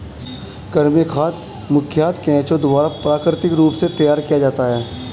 कृमि खाद मुखयतः केंचुआ द्वारा प्राकृतिक रूप से तैयार किया जाता है